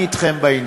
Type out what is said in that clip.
אני אתכם בעניין.